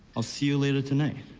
i'll see you later tonight.